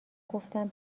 گفتم